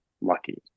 lucky